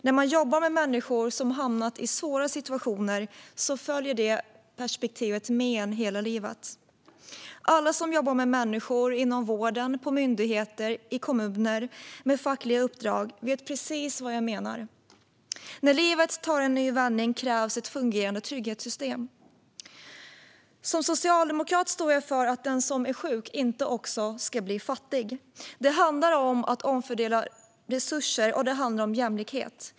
När man jobbar med människor som hamnat i svåra situationer följer det perspektivet med en hela livet. Alla som jobbar med människor inom vården, på myndigheter, i kommuner och med fackliga uppdrag vet precis vad jag menar. När livet tar en ny vändning krävs ett fungerande trygghetssystem. Som socialdemokrat står jag för att den som är sjuk inte också ska bli fattig. Det handlar om att omfördela resurser, och det handlar om jämlikhet.